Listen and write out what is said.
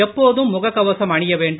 எப்போதும் முகக் கவசம் அணிய வேண்டும்